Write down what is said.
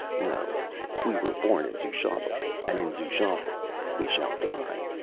no we were born in xuchotl, and in xuchotl we shall die.